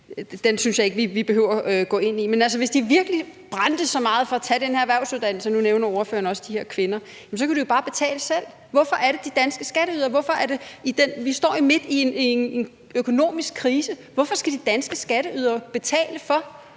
det synes jeg ikke vi behøver at gå ind i. Men altså, hvis de virkelig brændte så meget for at tage den erhvervsuddannelse – nu nævner ordføreren også de her kvinder – så kunne de jo bare selv betale for den. Hvorfor er det de danske skatteydere, der skal gøre det? Vi står midt i en økonomisk krise, så hvorfor skal de danske skatteydere betale for,